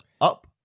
up